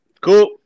Cool